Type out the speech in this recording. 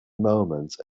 moment